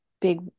big